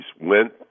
went